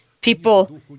people